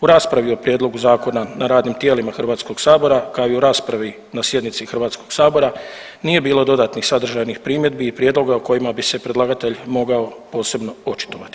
U raspravi o prijedlogu zakona na radnim tijelima Hrvatskog sabora, kao i u raspravi na sjednici Hrvatskog sabora nije bilo dodatnih sadržajnih primjedbi i prijedloga o kojima bi se predlagatelj mogao posebno očitovati.